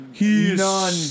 None